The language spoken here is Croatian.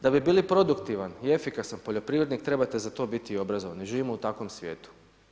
Da bi bili produktivan i efikasan poljoprivrednik, trebate za to biti i obrazovan, živimo u takvom svijetu.